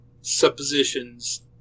suppositions